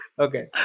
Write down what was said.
Okay